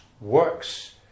works